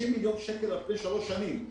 30 מיליון שקלים אחרי שלוש שנים,